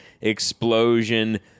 explosion